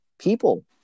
people